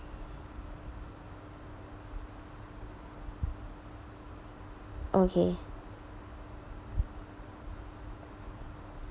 okay